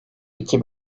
iki